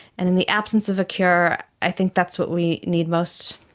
and in the absence of a cure, i think that's what we need most.